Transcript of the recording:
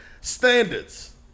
Standards